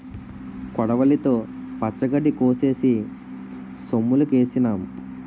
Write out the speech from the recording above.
కొడవలితో పచ్చగడ్డి కోసేసి సొమ్ములుకేసినాం